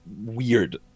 weird